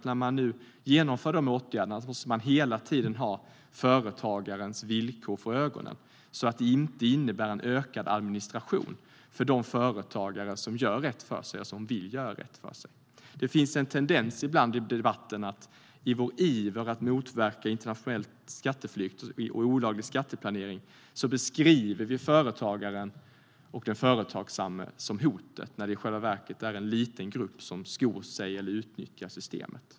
När man genomför de här åtgärderna måste man hela tiden ha företagarens villkor för ögonen så att de inte innebär ökad administration för de företagare som gör rätt för sig och som vill göra rätt för sig. Det finns ibland en tendens i debatten att vi i vår iver att motverka internationell skatteflykt och olaglig skatteplanering beskriver företagaren och den företagsamme som hotet när det i själva verket är en liten grupp som skor sig eller utnyttjar systemet.